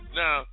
now